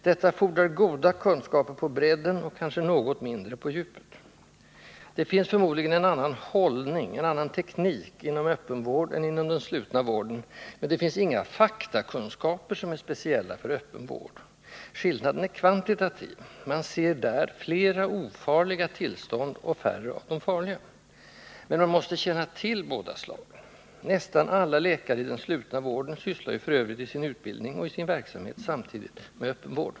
Detta fordrar goda kunskaper på bredden men kanske något mindre på djupet. Det finns förmodligen en annan ”hållning”, en annan teknik, inom öppen vård än inom den slutna vården, men det finns inga faktakunskaper som är speciella för öppen vård. Skillnaden är kvantitativ: man ser där flera ofarliga tillstånd och färre av de farliga. Man måste känna till båda slagen. Nästan alla läkare i den slutna vården sysslar ju f.ö. i sin utbildning och i sin verksamhet samtidigt med öppen vård.